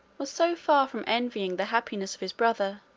was so far from envying the happiness of his brother,